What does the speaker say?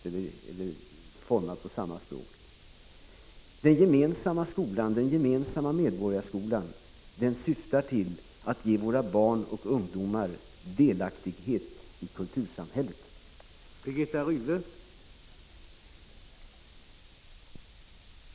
Den gemensamma medborgarskolan — Prot. 1985/86:48 syftar till att ge våra barn och ungdomar delaktighet i kultursamhället. 10 december 1985